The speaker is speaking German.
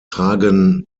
tragen